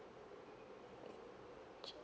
check